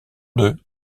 deux